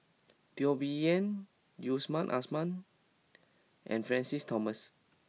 Teo Bee Yen Yusman Aman and Francis Thomas